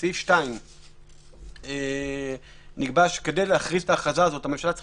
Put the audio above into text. בסעיף 2 נקבע שכדי להכריז את ההכרזה האת הממשלה צריכה